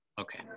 Okay